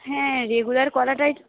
হ্যাঁ রেগুলার করাটাই